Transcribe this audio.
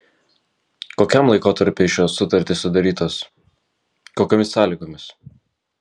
kokiam laikotarpiui šios sutartys sudarytos kokiomis sąlygomis